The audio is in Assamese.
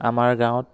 আমাৰ গাঁৱত